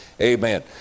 Amen